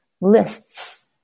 lists